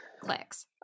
clicks